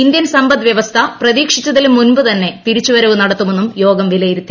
Indian സമ്പദ് വ്യവസ്ഥ പ്രതീക്ഷിച്ചതിലും മുൻപുതന്നെ തിരിച്ചുവരവ് നടത്തുമെന്നും യോഗം വിലയിരുത്തി